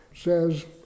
says